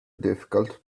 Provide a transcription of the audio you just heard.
difficult